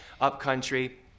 upcountry